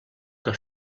que